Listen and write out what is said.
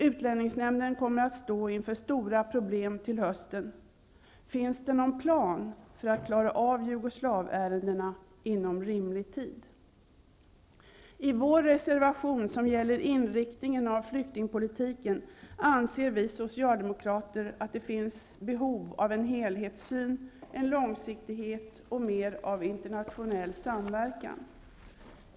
Utlänningsnämnden kommer att stå inför stora problem till hösten. Finns det någon plan för att kunna klara av jugoslavärendena inom rimlig tid? I vår reservation, som gäller inriktningen av flyktingpolitiken, anser vi socialdemokrater att det finns behov av en helhetssyn, en långsiktighet och mer av internationell samverkan.